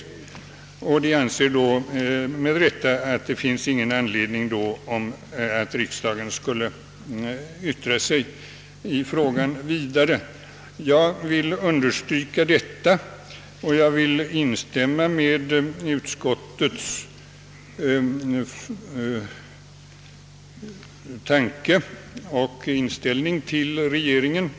Utskottet anser med rätta att det då inte finns någon anledning för riks dagen att nu yttra sig vidare i frågan. Jag vill understryka detta och instämmer med utskottets inställning till regeringen.